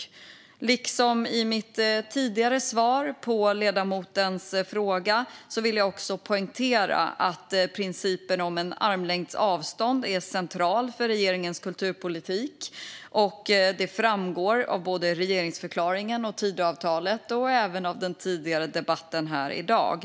Liksom jag gjort i mitt tidigare svar på en fråga från ledamoten vill jag också poängtera att principen om armlängds avstånd är central för regeringens kulturpolitik. Det framgår av både regeringsförklaringen och Tidöavtalet och även av den tidigare debatten här i dag.